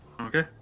Okay